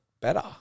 better